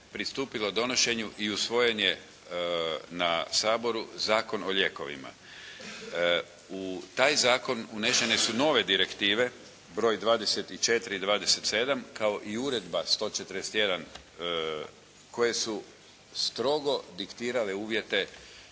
pristupilo donošenju i usvojen je na Saboru Zakon o lijekovima. U taj zakon unešene su nove Direktive broj 24 i 27 kao i Uredba 141 koje su strogo diktirale uvjete